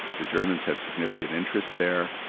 the germans had significant interests there,